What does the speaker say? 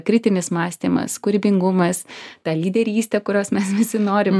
kritinis mąstymas kūrybingumas ta lyderystė kurios mes visi norim